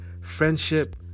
friendship